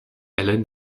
allen